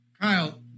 Kyle